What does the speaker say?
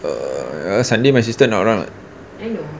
err sunday my sister not around [what]